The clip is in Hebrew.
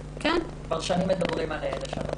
כבר שנים מדברים על זה.